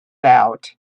out